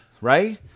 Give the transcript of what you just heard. Right